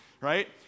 right